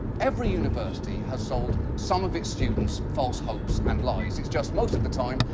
every university has sold some of its students false hopes and lies. it's just, most of the time,